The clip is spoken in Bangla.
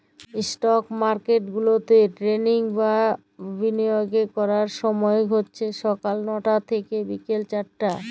ইস্টক মার্কেট গুলাতে টেরেডিং বা বিলিয়গের ক্যরার ছময় হছে ছকাল লটা থ্যাইকে বিকাল চারটা